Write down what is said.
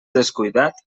descuidat